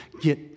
get